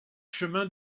chemin